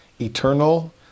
eternal